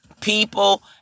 people